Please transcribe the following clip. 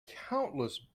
countless